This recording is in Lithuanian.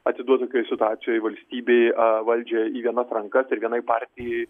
atiduoti tokioj situacijoj valstybę a valdžią į vienas rankas ir vienai partijai